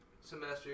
semester